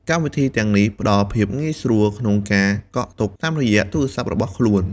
កម្មវិធីទាំងនេះផ្តល់ភាពងាយស្រួលក្នុងការកក់ទុកតាមរយៈទូរស័ព្ទរបស់ខ្លួន។